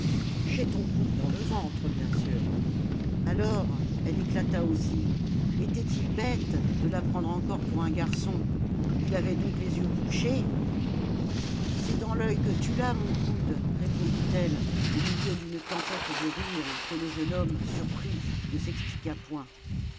j'ai ton coude dans le ventre bien sûr alors elle éclata aussi était-il bête de la prendre encore pour un garçon il avait donc les yeux bouchés c'est dans l'oeil que tu l'as mon coude répondit-elle au milieu d'une tempête de rires que le jeune homme surpris ne s'expliqua point